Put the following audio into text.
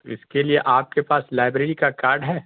اس کے لیے آپ کے پاس لائیبریری کا کارڈ ہے